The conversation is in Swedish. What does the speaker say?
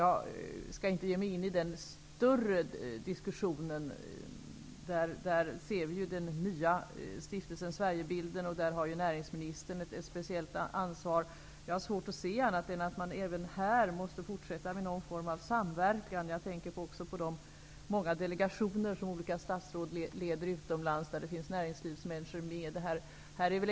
Jag skall inte ge mig in i den större diskussionen, där vi ser den nya Stiftelsen Sverigebilden i vilken näringsministern har ett speciellt ansvar. Jag har svårt att se annat än att man även här måste fortsätta att ha någon form av samverkan. Jag tänker då också på de många delegationer som olika statsråd leder utomlands där näringslivsmänniskor ingår.